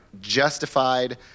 justified